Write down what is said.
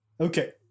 Okay